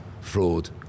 fraud